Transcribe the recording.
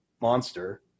monster